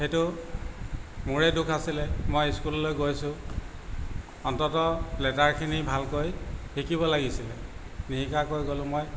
সেইটো মোৰে দোষ আছিলে মই স্কুললৈ গৈছোঁ অন্তত লেটাৰখিনি ভালকৈ শিকিব লাগিছিলে নিশিকাকৈ গ'লো মই